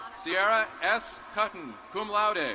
sierra s. cotton, cum laude. and